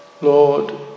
Lord